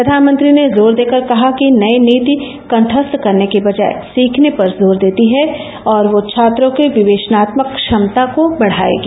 प्रधानमंत्री ने जोर देकर कहा कि नई नीति कंठस्थ करने के बजाए सीखने पर जोर देती है और वह छात्रों की विवेचनात्मक क्षमता को बढाएगी